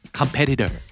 competitor